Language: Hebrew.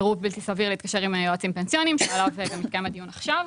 בלתי סביר להתקשר עם היועצים הפנסיוניים שעליו מתקיים הדיון עכשיו.